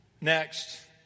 Next